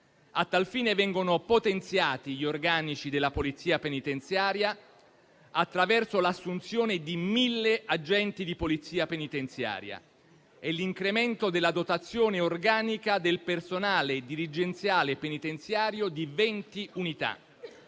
A tal fine vengono potenziati gli organici della Polizia penitenziaria, attraverso l'assunzione di mille agenti e l'incremento della dotazione organica del personale dirigenziale penitenziario di 20 unità.